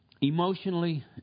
emotionally